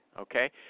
okay